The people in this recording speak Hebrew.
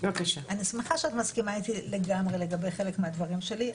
אני שמחה שאת מסכימה איתי לגמרי לגבי חלק מהדברים שלי,